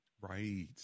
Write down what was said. right